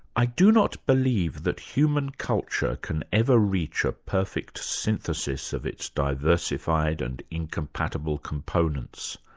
i do not believe that human culture can ever reach a perfect synthesis of its diversified and incompatible components.